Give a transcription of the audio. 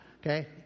Okay